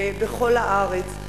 בכל הארץ,